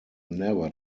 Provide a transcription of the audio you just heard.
never